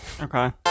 okay